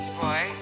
boy